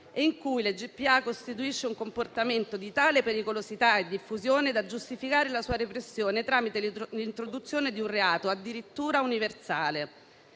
e in cui la GPA costituisce un comportamento di tale pericolosità e diffusione da giustificare la sua repressione tramite l'introduzione di un reato addirittura universale.